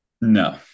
No